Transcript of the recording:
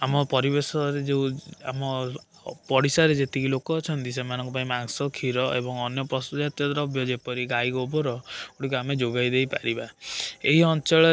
ଆମ ପରିବେଶରେ ଯେଉଁ ଆମ ପଡ଼ିଶାରେ ଯେତିକି ଲୋକ ଅଛନ୍ତି ସେମାନଙ୍କ ପାଇଁ ମାଂସ କ୍ଷୀର ଏବଂ ଅନ୍ୟ ପଶୁ ଜାତୀୟ ଦ୍ରବ୍ୟ ଯେପରି ଗାଈ ଗୋବର ଗୁଡ଼ିକ ଆମେ ଯୋଗାଇ ଦେଇପାରିବା ଏଇ ଅଞ୍ଚଳରେ